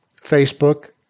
Facebook